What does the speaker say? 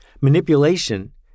Manipulation